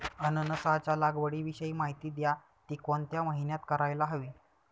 अननसाच्या लागवडीविषयी माहिती द्या, ति कोणत्या महिन्यात करायला हवी?